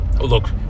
look